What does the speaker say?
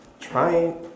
trying